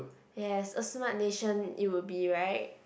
yes a smart nation it will be right